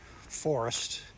forest